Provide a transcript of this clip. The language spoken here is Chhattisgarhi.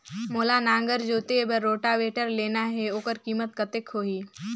मोला नागर जोते बार रोटावेटर लेना हे ओकर कीमत कतेक होही?